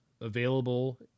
available